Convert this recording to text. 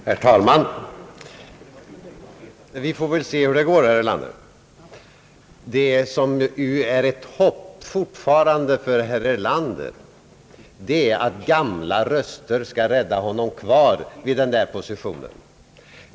Herr talman! Vi får väl se hur det går, herr Erlander. Det som fortfarande är ett hopp för herr Erlander är att gamla röster skall rädda honom kvar i hans position.